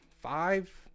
Five